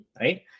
right